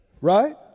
Right